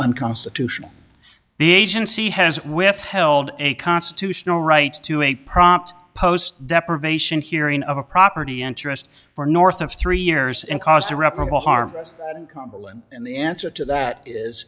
unconstitutional the agency has withheld a constitutional rights to a prompt post deprivation hearing of a property interest for north of three years and caused irreparable harm cumberland and the answer to that is